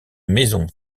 maison